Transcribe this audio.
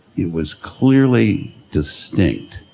it was clearly distinct